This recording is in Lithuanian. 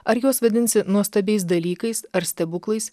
ar juos vadinsi nuostabiais dalykais ar stebuklais